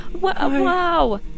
Wow